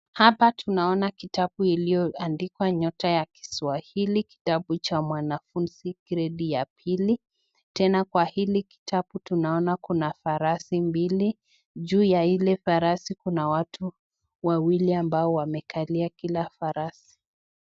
Hapa tunaona kitabu iliyoandikwa nyota ya kiswahili, kitabu cha mwanafunzi gredi ya pili. Tena kwa hili kitabu tunaona kuna farasi mbili, juu ya hili farasi kuna watu wawili ambao wamekalia kila farasi.